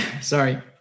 Sorry